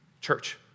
Church